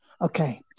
Okay